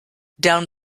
down